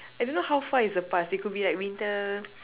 I don't know how far is the past it could be like winter